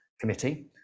committee